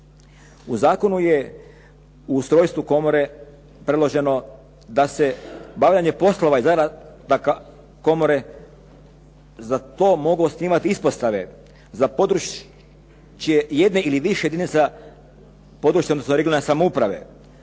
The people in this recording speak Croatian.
U zakonu je ustrojstvu komore predloženo da se bavljenje poslova i zaradaka komore za to moglo osnivati ispostave za područje jedne ili više jedinica područne odnosno regionalne samouprave.